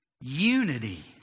Unity